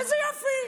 איזה יופי.